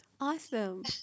awesome